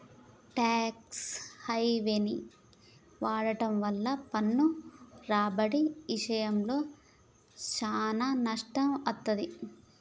talks హెవెన్సి వాడుట వల్ల పన్ను రాబడి ఇశయంలో సానా నష్టం వత్తది